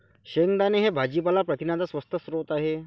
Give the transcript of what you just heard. शेंगदाणे हे भाजीपाला प्रथिनांचा स्वस्त स्रोत आहे